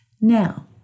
Now